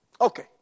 Okay